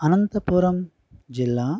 అనంతపురం జిల్లా